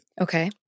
Okay